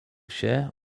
się